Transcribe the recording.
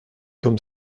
comme